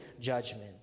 judgment